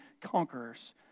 conquerors